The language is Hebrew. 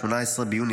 18 ביוני